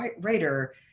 writer